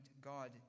God